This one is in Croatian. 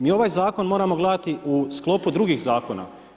Mi ovaj zakon moramo gledati u sklopu drugih zakona.